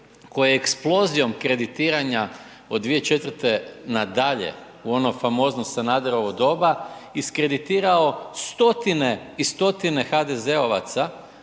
koje je eksplozijom kreditiranja od 2004. na dalje u ono famozno Sanaderovo doba iskreditirao stotine i stotine HDZ-ovaca,